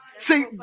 See